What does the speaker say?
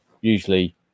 usually